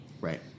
Right